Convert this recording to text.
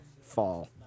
fall